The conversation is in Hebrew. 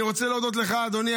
אני רוצה להודות לך אדוני,